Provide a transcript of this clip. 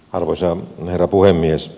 arvoisa herra puhemies